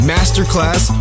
Masterclass